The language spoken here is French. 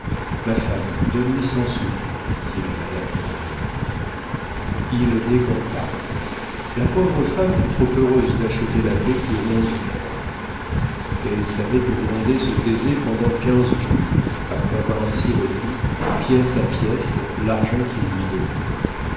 ma femme donne-lui cent sous dit-il à madame grandet il décampa la pauvre femme fut trop heureuse d'acheter la paix pour onze francs elle savait que grandet se taisait pendant quinze jours après avoir ainsi repris pièce à pièce l'argent qu'il lui donnait